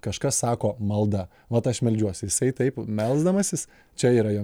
kažkas sako maldą vat aš meldžiuosi jisai taip melsdamasis čia yra jo